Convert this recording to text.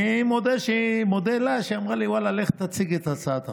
אני מודה לה על שהיא אמרה לי: לך תציג את הצעת החוק.